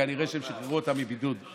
כנראה שהם שחררו אותה מבידוד,